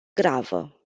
gravă